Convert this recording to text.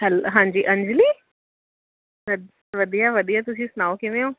hello ਹਾਂਜੀ ਅੰਜਲੀ ਵਧੀਆ ਵਧੀਆ ਤੁਸੀਂ ਸੁਣਾਓ ਕਿਵੇਂ ਹੋ